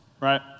right